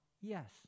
yes